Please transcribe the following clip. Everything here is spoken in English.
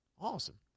awesome